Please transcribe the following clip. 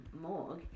morgue